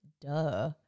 Duh